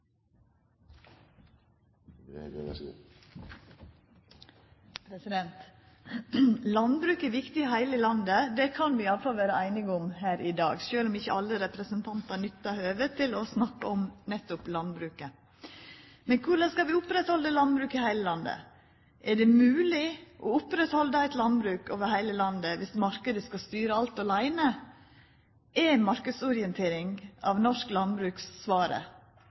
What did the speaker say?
viktig i heile landet. Det kan vi i alle fall vera einige om her i dag, sjølv om ikkje alle representantar nyttar høvet til å snakka om nettopp landbruket. Men korleis skal vi halda oppe landbruket i heile landet? Er det mogleg å halda oppe eit landbruk i heile landet viss marknaden skal styra alt åleine? Er marknadsorientering av norsk